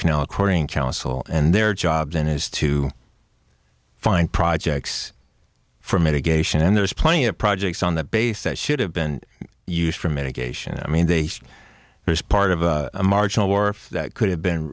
canal according council and their job then is to find projects for mitigation and there's plenty of projects on the base that should have been used for medication i mean they say there's part of a marginal war that could have been